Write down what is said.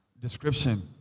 description